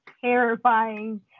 terrifying